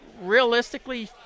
realistically